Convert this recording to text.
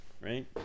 right